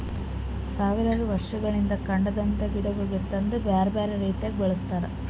ಸಾವಿರಾರು ವರ್ಷಗೊಳಿಂದ್ ಕಾಡದಾಂದ್ ಗಿಡಗೊಳಿಗ್ ತಂದು ಬ್ಯಾರೆ ಬ್ಯಾರೆ ರೀತಿದಾಗ್ ಬೆಳಸ್ತಾರ್